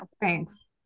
Thanks